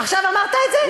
עכשיו אמרת את זה?